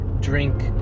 drink